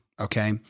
okay